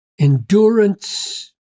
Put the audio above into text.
endurance